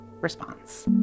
response